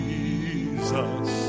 Jesus